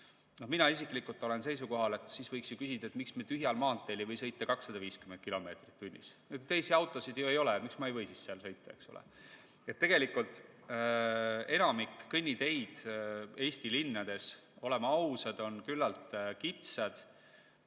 Mina isiklikult olen seisukohal, et siis võiks ju ka küsida, miks me tühjal maanteel ei võiks sõita 250 kilomeetrit tunnis, teisi autosid ju ei ole, miks ma ei või siis seal sõita, eks ole. Tegelikult enamik kõnniteid Eesti linnades, oleme ausad, on küllalt kitsad,